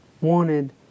wanted